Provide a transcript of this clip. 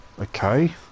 Okay